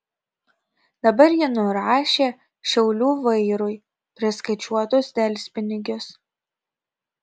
dabar ji nurašė šiaulių vairui priskaičiuotus delspinigius